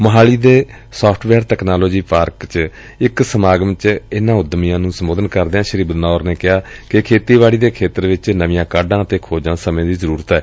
ਮੋਹਾਲੀ ਦੇ software technology park ਚ ਇਕ ਸਮਾਗਮ ਵਿਚ ਇਨਾਂ ਉੱਦਮੀਆਂ ਨੂੰ ਸੰਬੋਧਨ ਕਰਦਿਆਂ ਸ੍ਰੀ ਬਦਨੌਰ ਨੇ ਕਿਹਾ ਕਿ ਖੇਤੀਬਾੜੀ ਦੇ ਖੇਤਰ ਵਿਚ ਨਵੀਆਂ ਕਾਢਾਂ ਅਤੇ ਖੋਜਾਂ ਸਮੇਂ ਦੀ ਜ਼ਰੁਰਤ ਏ